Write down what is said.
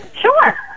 Sure